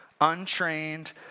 untrained